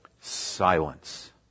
Silence